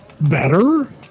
better